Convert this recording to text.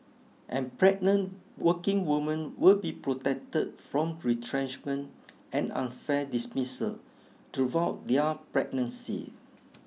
and pregnant working women will be protected from retrenchment and unfair dismissal throughout their pregnancy